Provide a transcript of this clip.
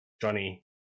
Johnny